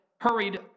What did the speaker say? hurried